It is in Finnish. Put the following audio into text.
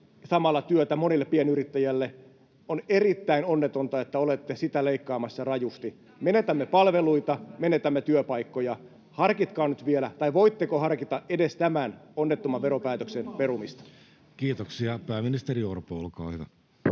samalla työtä monelle pienyrittäjälle — on erittäin onnetonta, että olette sitä leikkaamassa rajusti. Menetämme palveluita, menetämme työpaikkoja. Voitteko harkita edes tämän onnettoman veropäätöksen perumista? [Speech 84] Speaker: Jussi Halla-aho